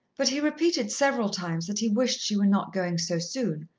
but he repeated several times that he wished she were not going so soon,